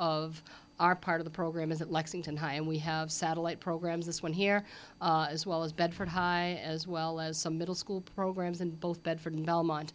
of our part of the program is at lexington high and we have satellite programs this one here as well as bedford high as well as some middle school programs in both bedford belmont